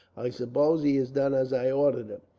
i suppose he has done as i ordered him.